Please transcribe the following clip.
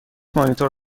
مانیتور